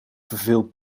verveeld